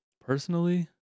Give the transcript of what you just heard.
personally